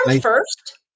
first